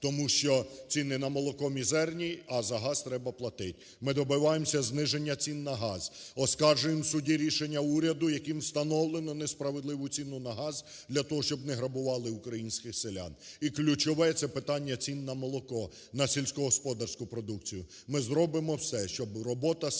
тому що ціни на молоко мізерні, а за газ треба платити. Ми добиваємося зниження цін на газ, оскаржуємо в суді рішення уряду, яким встановлено несправедливу ціну на газ, для того щоб не грабували українських селян. І ключове - це питання цін на молоко, на сільськогосподарську продукцію. Ми зробимо все, щоб робота селян,